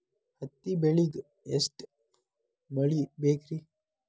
ಹತ್ತಿ ಬೆಳಿಗ ಎಷ್ಟ ಮಳಿ ಬೇಕ್ ರಿ?